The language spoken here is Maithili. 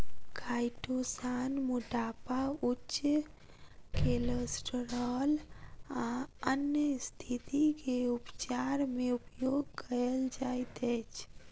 काइटोसान मोटापा उच्च केलेस्ट्रॉल आ अन्य स्तिथि के उपचार मे उपयोग कायल जाइत अछि